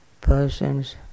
persons